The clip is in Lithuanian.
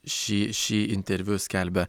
šį šį interviu skelbia